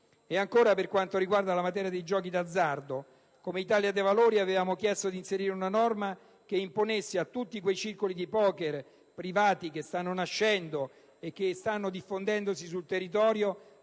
Ancora, per quanto riguarda la materia dei giochi di azzardo, come Italia dei Valori avevamo chiesto di inserire una norma che imponesse a tutti i circoli di poker privati che stanno nascendo e che stanno diffondendosi sul territorio